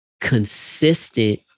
consistent